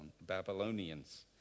Babylonians